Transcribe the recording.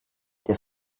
der